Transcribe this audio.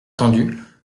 tendus